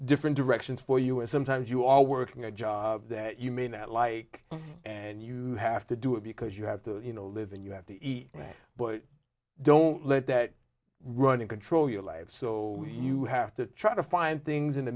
different directions for you and sometimes you are working a job that you may not like and you have to do it because you have to you know live and you have to eat right but don't let that running control your life so you have to try to find things in the